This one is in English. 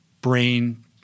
brain